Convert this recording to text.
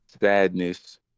sadness